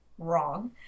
wrong